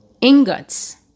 ingots